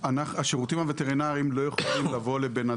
יסתיים באופן מבוקר ויושלם בהקדם